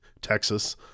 Texas